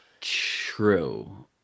True